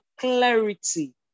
clarity